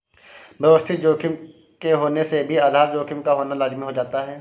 व्यवस्थित जोखिम के होने से भी आधार जोखिम का होना लाज़मी हो जाता है